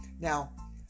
Now